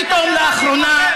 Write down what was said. פתאום לאחרונה,